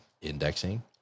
indexing